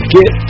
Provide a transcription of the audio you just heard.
get